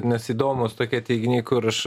nes įdomus tokie teiginiai kur aš